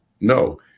No